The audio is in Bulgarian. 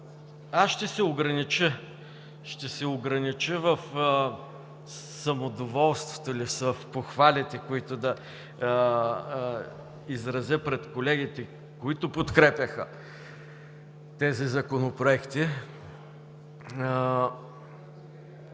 Аз ще се огранича в самодоволството или в похвалите, които да изразя пред колегите, които подкрепяха тези законопроекти.